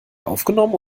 aufgenommen